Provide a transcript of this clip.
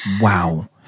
Wow